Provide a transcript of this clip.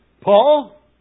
Paul